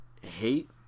hate